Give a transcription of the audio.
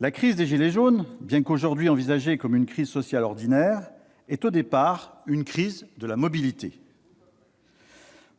La crise des « gilets jaunes », bien qu'aujourd'hui envisagée comme une crise sociale ordinaire, est au départ une crise de la mobilité :